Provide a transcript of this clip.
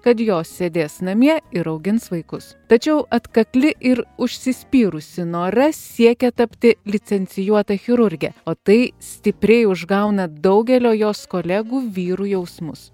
kad jos sėdės namie ir augins vaikus tačiau atkakli ir užsispyrusi nora siekia tapti licencijuota chirurge o tai stipriai užgauna daugelio jos kolegų vyrų jausmus